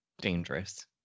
dangerous